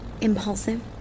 Impulsive